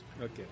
Okay